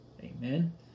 Amen